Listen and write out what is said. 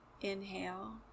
Inhale